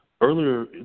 earlier